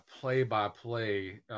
play-by-play